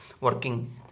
working